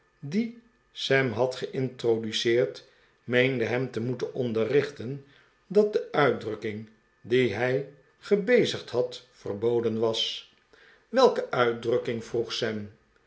die sam had geintroduceerd meende hem te moeten onderrichten dat de uitdrukking die hij gebezigd had verboden was welke uitdrukking vroeg sam